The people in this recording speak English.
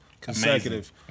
consecutive